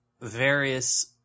various